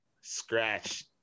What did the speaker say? scratch